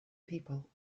people